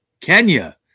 Kenya